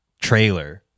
trailer